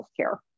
healthcare